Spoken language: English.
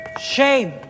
Shame